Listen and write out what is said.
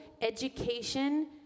education